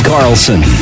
Carlson